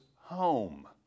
home